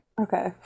Okay